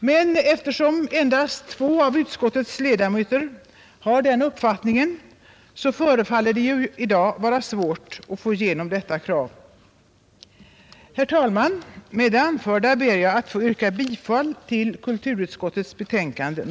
Men eftersom endast två av utskottets ledamöter har den uppfattningen, förefaller det i dag vara svårt att få igenom detta krav. Herr talman! Med det anförda ber jag att få yrka bifall till kulturutskottets hemställan.